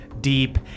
deep